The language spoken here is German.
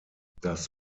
das